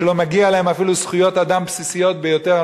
שלא מגיע להם אפילו זכויות אדם בסיסיות ביותר.